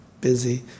busy